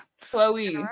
Chloe